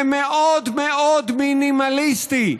ומאוד מאוד מינימליסטי,